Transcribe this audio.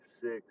six